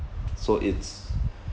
so it's